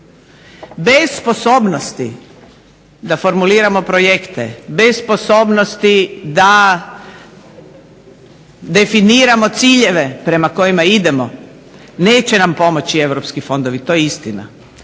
Bez sposobnosti da formuliramo projekte, bez sposobnosti da definiramo ciljeve prema kojima idemo, neće nam pomoći europski fondovi to je istina.